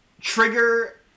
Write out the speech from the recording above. Trigger